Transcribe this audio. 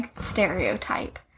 stereotype